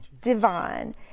divine